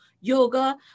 yoga